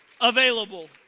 available